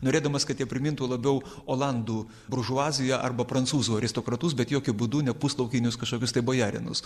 norėdamas kad jie primintų labiau olandų buržuaziją arba prancūzų aristokratus bet jokiu būdu ne puslaukinius kažkokius tai bojarinus